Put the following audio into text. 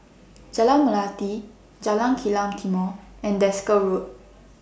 Jalan Melati Jalan Kilang Timor and Desker Road